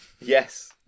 Yes